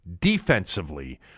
defensively